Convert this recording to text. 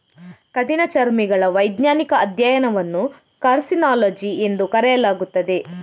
ಕಠಿಣಚರ್ಮಿಗಳ ವೈಜ್ಞಾನಿಕ ಅಧ್ಯಯನವನ್ನು ಕಾರ್ಸಿನಾಲಜಿ ಎಂದು ಕರೆಯಲಾಗುತ್ತದೆ